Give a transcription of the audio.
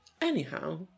Anyhow